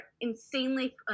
insanely